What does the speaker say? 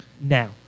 Now